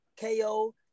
KO